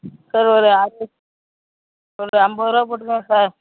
sir ஒரு அறுபது ஒரு ஐம்பது ரூபா போட்டுக்கோங்க சார்